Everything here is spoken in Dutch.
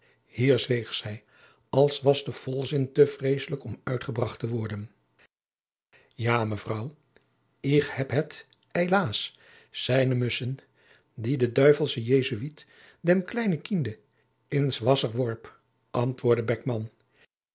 hier zweeg zij als was de volzin te vreeslijk om uitgebracht te worden ja mevrouw ich heb het eilaas seyen mussen dat den teifelschen jesuit dem kleinen kinde in s wasser worp antwoordde